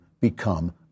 become